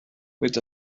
with